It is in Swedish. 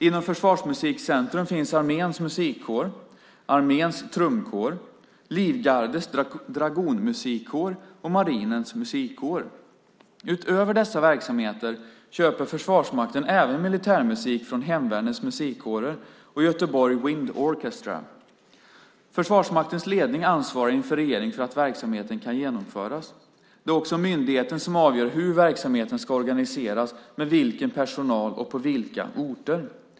Inom Försvarsmusikcentrum finns Arméns musikkår, Arméns trumkår, Livgardets dragonmusikkår och Marinens musikkår. Utöver dessa verksamheter köper Försvarsmakten även militärmusik från Hemvärnets musikkårer och Göteborg Wind Orchestra. Försvarsmaktens ledning ansvarar inför regeringen för att verksamheten kan genomföras. Det är också myndigheten som avgör hur verksamheten ska organiseras, med vilken personal och på vilka orter.